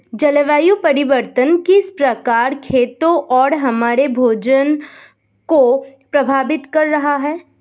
जलवायु परिवर्तन किस प्रकार खेतों और हमारे भोजन को प्रभावित कर रहा है?